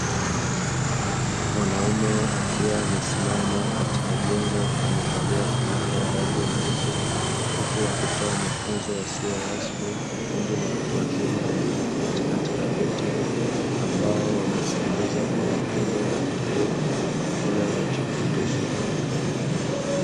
Mwanaume akiwa amesimama katika jengo amevalia fulana ya rangi nyeupe, huku akitoa yasiyo rasmi kwa kundi la watu wazima walioketi katika viti ambao wanasikiliza kwa makini na utulivu kile wanacho fundishwa.